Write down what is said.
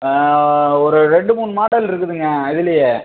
ஒரு ரெண்டு மூணு மாடல் இருக்குதுங்க இதிலயே